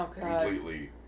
completely